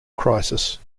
crisis